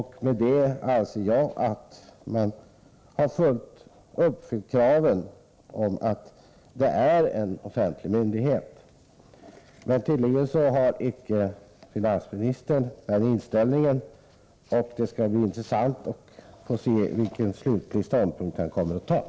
Jag anser att kraven på att de skall betraktas som offentliga myndigheter därmed har uppfyllts. Tydligen har icke finansministern den inställningen. Det skall bli intressant att se vilken slutlig ståndpunkt han kommer att inta.